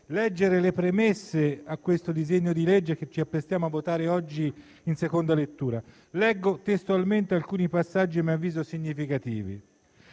leggere le premesse al disegno di legge in esame, che ci apprestiamo a votare oggi, in seconda lettura. Leggo testualmente alcuni passaggi, a mio avviso significativi: